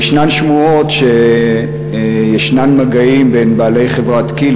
ויש שמועות שיש מגעים בין בעלי חברת כי"ל